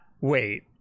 wait